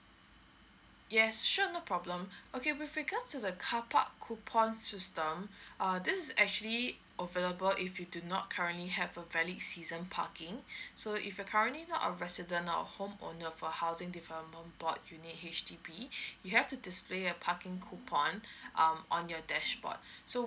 yes sure no problem okay with regards to the car park coupon system err this is actually available if you do not currently have a valid season parking so if you're currently not a resident or home owner for housing development board unit H_D_B you have to display a parking coupon um on your dashboard so